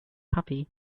puppy